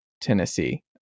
Tennessee